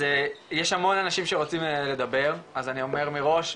אז יש המון אנשים שרוצים לדבר, אז אני אומר מראש,